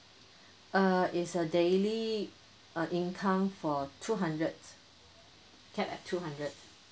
err is a daily uh income for two hundred cap at two hundred